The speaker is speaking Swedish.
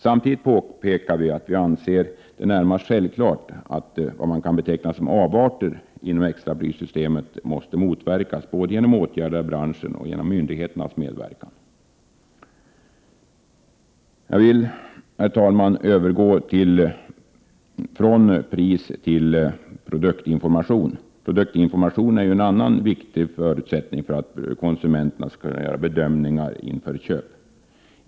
Samtidigt påpekar vi att vi anser det närmast självklart att ”avarter” inom extraprissystemet måste motverkas både genom åtgärder av branschen och genom myndigheternas medverkan. Jag vill nu, herr talman, övergå från pristill produktinformationen. Produktinformationen är ju en annan viktig förutsättning för att konsumenterna skall kunna göra bedömningar inför ett köp.